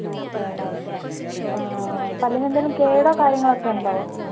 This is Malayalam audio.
ഓക്കെ പല്ലിന് എന്തെങ്കിലും കേടൊ കാര്യങ്ങളോ ഒക്കെ ഉണ്ടോ